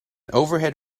overhead